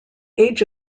age